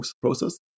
process